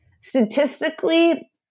statistically